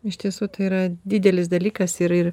iš tiesų tai yra didelis dalykas ir ir